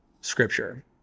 Scripture